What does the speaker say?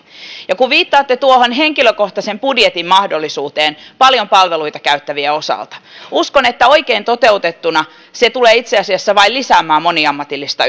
kun viittaatte tuohon henkilökohtaisen budjetin mahdollisuuteen paljon palveluita käyttävien osalta uskon että oikein toteutettuna se tulee itse asiassa vain lisäämään moniammatillista